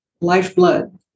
lifeblood